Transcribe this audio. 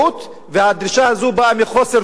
והדרישה הזאת באה בחוסר תום לב.